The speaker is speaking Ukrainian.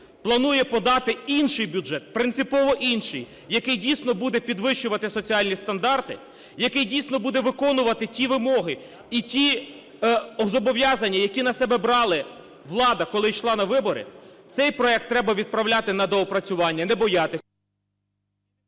планує подати інший бюджет, принципово інший, який дійсно буде підвищувати соціальні стандарти, який дійсно буде виконувати ті вимоги і ті зобов'язання, які на себе брали влада, коли йшла на вибори, цей проект треба відправляти на доопрацювання, не боятися…